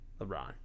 LeBron